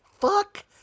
fuck